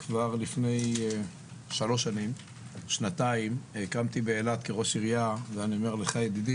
כבר לפני שנתיים-שלוש הקמתי כראש העיר באילת תוכנית